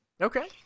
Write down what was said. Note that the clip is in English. Okay